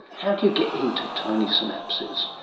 how do you get in to tiny synapses?